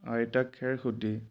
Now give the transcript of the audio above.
আইতাক খেৰসূতী